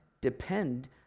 depend